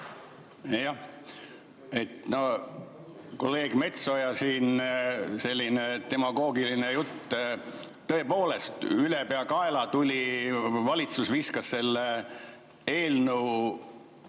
Jah. No kolleeg Metsojalt siin selline demagoogiline jutt. Tõepoolest, ülepeakaela see tuli. Valitsus viskas selle eelnõu